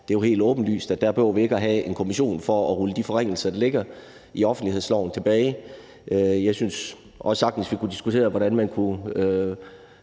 det er jo helt åbenlyst, at der behøver vi ikke at have en kommission for at rulle de forringelser, der ligger i offentlighedsloven, tilbage. Jeg synes også sagtens, vi kunne diskutere, hvordan man kunne